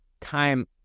time